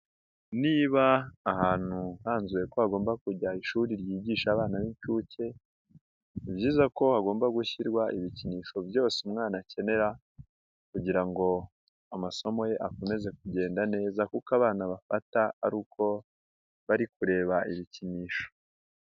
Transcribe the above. Niba ahantu hanzuye ko hagomba kujya ishuri ryigisha abana b'inshuke, ni byiza ko hagomba gushyirwa ibikinisho byose umwana akenera kugira ngo amasomo ye akomeze kugenda neza kuko abana bafata ari uko bari kureba ibikinisho.